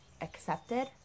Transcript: accepted